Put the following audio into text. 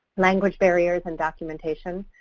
language barriers and documentation.